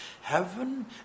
heaven